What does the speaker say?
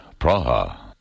Praha. (-